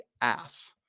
ass